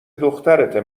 دخترته